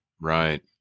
Right